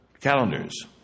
calendars